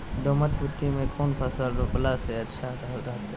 दोमट मिट्टी में कौन फसल रोपला से अच्छा रहतय?